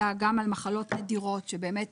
אלא גם על מחלות נדירות שבאמת